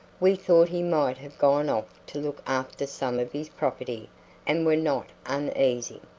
we thought he might have gone off to look after some of his property and were not uneasy.